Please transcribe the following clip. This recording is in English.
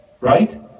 right